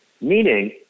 meaning